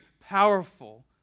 powerful